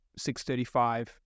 635